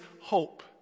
hope